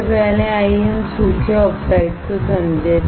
सबसे पहले आइए हम सूखे ऑक्साइडको समझें